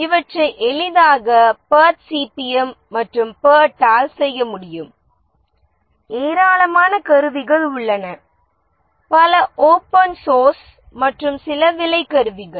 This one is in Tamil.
இவற்றை எளிதாக பேர்ட் சிபிம் மற்றும் பேர்ட் ஆல் செய்ய முடியும் ஏராளமான கருவிகள் உள்ளன பல ஓபன் சோர்ஸ் மற்றும் சில விலைக் கருவிகள்